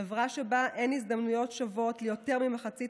חברה שבה אין הזדמנויות שוות ליותר ממחצית